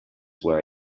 were